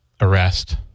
arrest